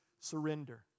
surrender